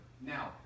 Now